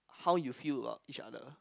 how you feel about each other